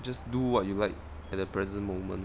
just do what you like at the present moment